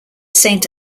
saint